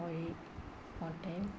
കോഴി മുട്ടയും